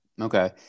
Okay